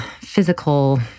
physical